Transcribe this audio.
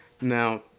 now